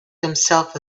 himself